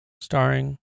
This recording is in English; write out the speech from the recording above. starring